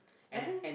and